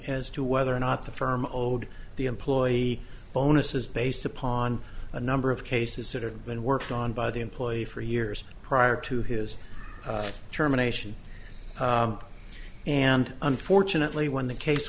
as to whether or not the firm owed the employee bonuses based upon a number of cases that have been worked on by the employee for years prior to his terminations and unfortunately when the case